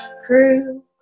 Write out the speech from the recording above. crew